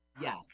Yes